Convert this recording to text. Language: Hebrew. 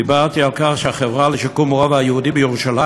דיברתי על כך שהחברה לשיקום הרובע היהודי בירושלים